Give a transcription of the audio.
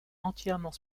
entièrement